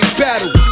battle